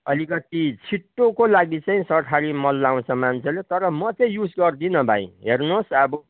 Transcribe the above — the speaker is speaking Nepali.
अलिकति छिट्टोको लागि चाहिँ सरकारी मल लाउँछ मान्छेले तर म चाहिँ युज गर्दिनँ भाइ हेर्नुहोस् अब